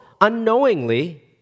unknowingly